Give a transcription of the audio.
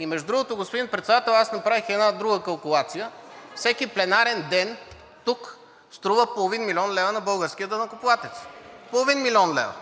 Между другото, господин Председател, направих и една друга калкулация – всеки пленарен ден тук струва половин милион лева на българския данъкоплатец. Половин милион лева!